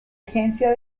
agencia